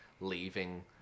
leaving